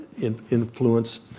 influence